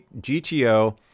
GTO